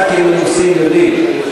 חבר כנסת מנוסים יודעים,